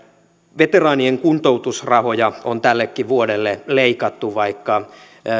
veteraanien kuntoutusrahoja on tällekin vuodelle leikattu vaikka